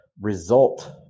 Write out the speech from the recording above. result